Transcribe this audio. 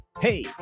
Hey